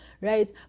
Right